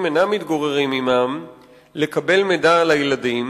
אינם מתגוררים עמם לקבל מידע על הילדים,